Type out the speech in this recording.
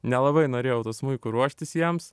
nelabai norėjau tuo smuiku ruoštis jiems